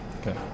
Okay